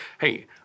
Hey